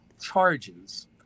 charges